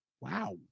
Wow